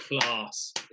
class